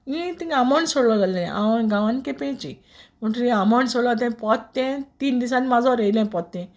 इतींग आमोण सोडलोलें हांवूय गांवान केपेंची म्हुटरी आमोण सोडलो तें पोत्तें तीन दिसान माजोर येयलें पोत्तें